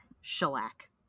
shellac